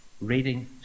reading